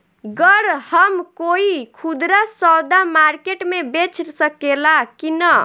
गर हम कोई खुदरा सवदा मारकेट मे बेच सखेला कि न?